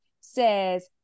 says